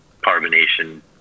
carbonation